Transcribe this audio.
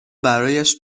برایش